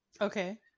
Okay